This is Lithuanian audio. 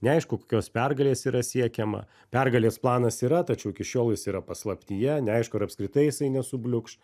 neaišku kokios pergalės yra siekiama pergalės planas yra tačiau iki šiol jis yra paslaptyje neaišku ar apskritai jisai nesubliukš